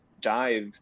dive